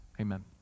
Amen